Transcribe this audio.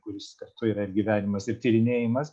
kuris kartu yra gyvenimas ir tyrinėjimas